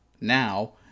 now